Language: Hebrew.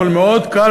אבל גם מאוד קל,